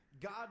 God